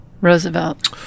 Roosevelt